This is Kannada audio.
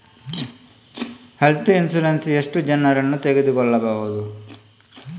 ಹೆಲ್ತ್ ಇನ್ಸೂರೆನ್ಸ್ ಎಷ್ಟು ಜನರನ್ನು ತಗೊಳ್ಬಹುದು?